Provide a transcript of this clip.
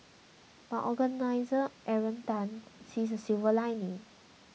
but organiser Aaron Tan sees a silver lining